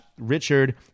Richard